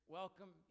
welcome